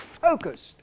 focused